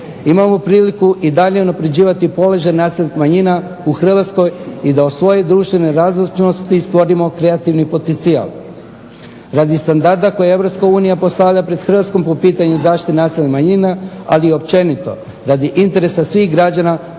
Imamo priliku i dalje unapređivati položaj nacionalnih manjina u Hrvatskoj i da u svojoj društvenoj nazočnosti stvorimo kreativni potencijal, radi standarda koje je Europska unija postavila pred Hrvatsku po pitanju zaštite nacionalnih manjina ali i općenito radi svih građana